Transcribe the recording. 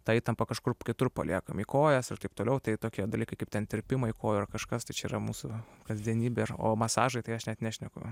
tą įtampą kažkur kitur paliekam į kojas ir taip toliau tai tokie dalykai kaip ten tirpimai kojų ar kažkas tai čia yra mūsų kasdienybė o masažai tai aš net nešneku